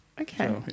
Okay